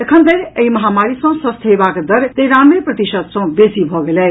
एखन धरि एहि महामारी सँ स्वस्थ हेबाक दर तेरानवे प्रतिशत सँ बेसी भऽ गेल अछि